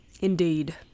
Indeed